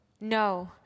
No